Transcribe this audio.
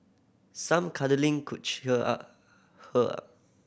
some cuddling could cheer up her up